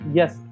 yes